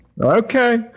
Okay